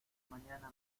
mañana